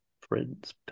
Prince